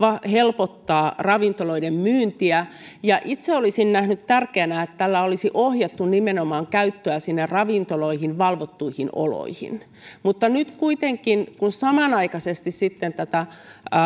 helpottaa ravintoloiden myyntiä itse olisin nähnyt tärkeänä että tällä olisi ohjattu käyttöä nimenomaan sinne ravintoloihin valvottuihin oloihin mutta nyt kuitenkin kun samanaikaisesti tätä